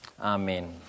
Amen